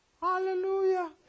Hallelujah